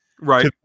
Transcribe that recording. Right